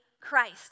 Christ